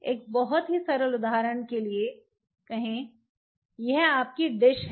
एक बहुत ही सरल उदाहरण के लिए कहें यह आपकी डिश है